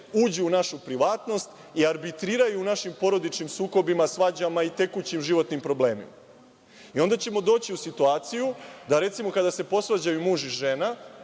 uđu u našu privatnost i arbitriraju u našim porodičnim sukobima, svađama i tekućim životnim problemima. Onda ćemo doći u situaciju da, recimo, kada se posvađaju muž i žena